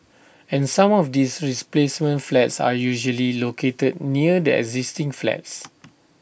and some of these replacement flats are usually located near the existing flats